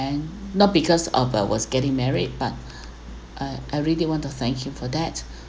not because of I was getting married but I I really want to thank him for that